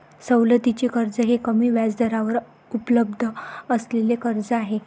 सवलतीचे कर्ज हे कमी व्याजदरावर उपलब्ध असलेले कर्ज आहे